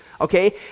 okay